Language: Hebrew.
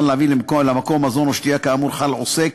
להביא למקום מזון או שתייה כאמור חל על עוסק,